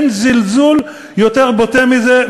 אין זלזול יותר בוטה מזה,